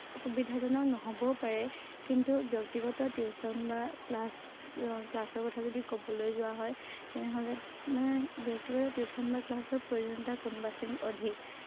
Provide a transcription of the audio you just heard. সুবিধাজনক নহ'বও পাৰে কিন্তু ব্যক্তিগত টিউশ্যন বা ক্লাছ ক্লাছৰ কথা যদি ক'বলৈ যোৱা হয় তেনেহ'লে ব্যক্তিগত টিউশ্যন বা ক্লাছৰ প্ৰয়োজনীয়তা কোনোবাখিনিত অধিক